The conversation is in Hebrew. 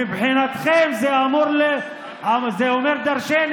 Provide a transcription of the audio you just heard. מבחינתכם זה אומר דורשני,